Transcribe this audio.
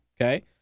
Okay